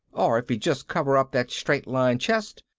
or if he'd just cover up that straight-line chest,